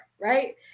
right